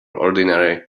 ordinary